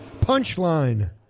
punchline